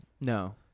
No